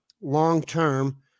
long-term